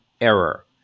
error